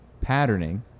patterning